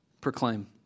Proclaim